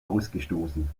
ausgestoßen